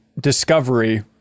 discovery